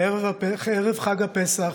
ערב חג הפסח,